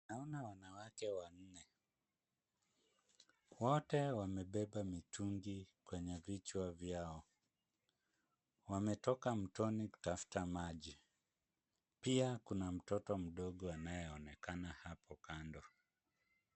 Naona wanawake wanne. Wote wamebeba mitungi kwenye vichwa vyao. Wametoka mtoni kutafuta maji. Pia kuna mtoto mdogo anayeonekana hapo kando.